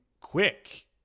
quick